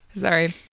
Sorry